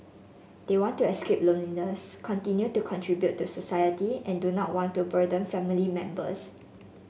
they want to escape loneliness continue to contribute to society and do not want to burden family members